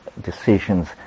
decisions